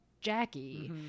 Jackie